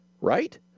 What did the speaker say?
right